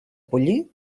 pollí